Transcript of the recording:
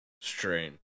strain